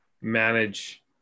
manage